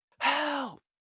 help